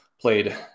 played